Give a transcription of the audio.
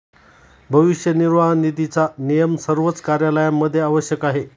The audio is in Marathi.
भविष्य निर्वाह निधीचा नियम सर्वच कार्यालयांमध्ये आवश्यक आहे